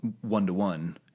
one-to-one